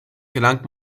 gelangt